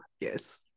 Yes